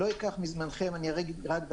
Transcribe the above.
יוקם צוות ואנחנו נוכל לעדכן בהמשך לגבי היתרונות,